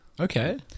Okay